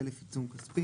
חלף עיצום כספי.